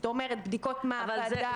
זאת אומרת, בדיקות מעבדה.